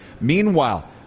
meanwhile